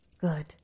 Good